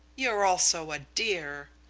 you're also a dear!